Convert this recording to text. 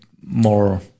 more